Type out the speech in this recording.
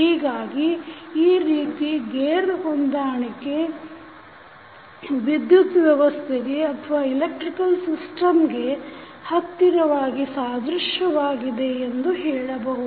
ಹೀಗಾಗಿ ಈ ರೀತಿ ಗೇರ್ ಹೊಂದಾಣಿಕೆ ವಿದ್ಯುತ್ ವ್ಯವಸ್ಥೆಗೆ ಹತ್ತಿರವಾಗಿ ಸಾದೃಶ್ಯವಾಗಿದೆ ಎಂದು ಹೇಳಬಹುದು